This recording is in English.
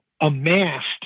amassed